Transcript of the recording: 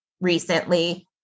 recently